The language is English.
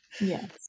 Yes